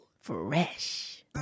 Fresh